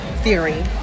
theory